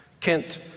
Kent